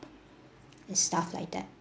and stuff like that